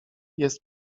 jest